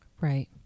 Right